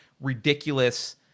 ridiculous